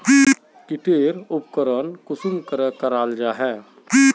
की टेर उपकरण कुंसम करे कराल जाहा जाहा?